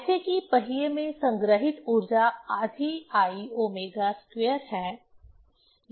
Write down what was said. जैसे की पहिए में संग्रहित ऊर्जा आधी आई ओमेगा स्क्वायर है